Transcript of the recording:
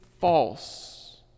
false